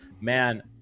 man